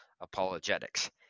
apologetics